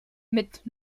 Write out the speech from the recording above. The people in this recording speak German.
mit